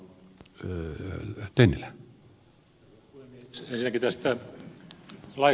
ensinnäkin tästä laista